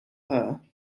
her